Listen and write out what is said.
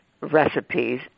recipes